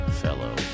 fellow